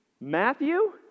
Matthew